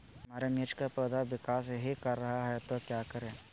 हमारे मिर्च कि पौधा विकास ही कर रहा है तो क्या करे?